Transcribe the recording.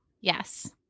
Yes